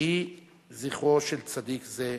יהי זכרו של צדיק זה לברכה.